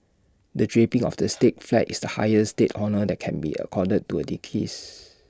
the draping of the state flag is highest state honour that can be accorded to A deceased